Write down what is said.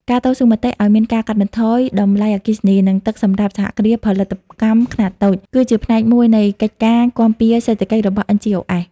ការតស៊ូមតិឱ្យមានការកាត់បន្ថយតម្លៃអគ្គិសនី និងទឹកសម្រាប់សហគ្រាសផលិតកម្មខ្នាតតូច គឺជាផ្នែកមួយនៃកិច្ចការគាំពារសេដ្ឋកិច្ចរបស់ NGOs។